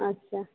अच्छा